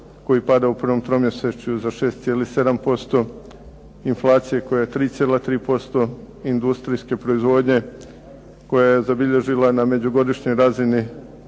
koji pada u prvom tromjesečju za 6,7% inflacije koja je 3,3%, industrijske proizvodnje koja je zabilježila na međugodišnjoj razini